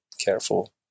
careful